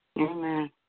Amen